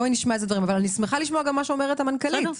אבל אני שמחה לשמוע מה שאומרת המנכ"לית,